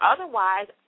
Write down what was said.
Otherwise